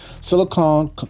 silicon